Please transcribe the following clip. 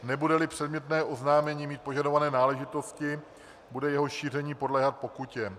Nebudeli předmětné oznámení mít požadované náležitosti, bude jeho šíření podléhat pokutě.